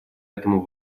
этому